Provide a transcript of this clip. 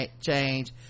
change